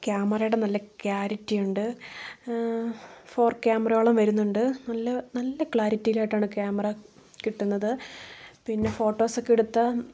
ക്യാമറയുടെ നല്ല ക്യാരിറ്റി ഉണ്ട് ഫോർ ക്യാമറയോളം വരുന്നുണ്ട് നല്ല നല്ല ക്ലാരിറ്റീൽ ആയിട്ടാണ് ക്യാമറ കിട്ടുന്നത് പിന്നേ ഫോട്ടോസെക്കെ എടുത്ത